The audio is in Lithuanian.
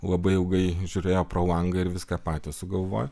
labai ilgai žiūrėjo pro langą ir viską patys sugalvojo